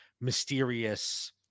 mysterious